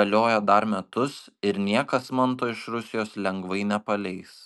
galioja dar metus ir niekas manto iš rusijos lengvai nepaleis